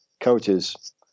coaches